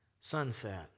sunset